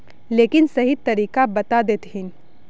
लेकिन सही तरीका बता देतहिन?